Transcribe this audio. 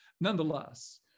nonetheless